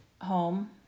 home